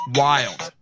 wild